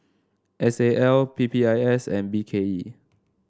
S A L P P I S and B K E